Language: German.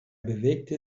bewegte